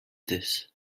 this